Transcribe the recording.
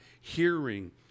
hearing